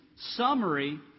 summary